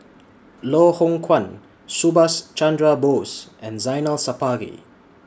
Loh Hoong Kwan Subhas Chandra Bose and Zainal Sapari